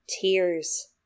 Tears